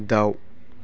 दाउ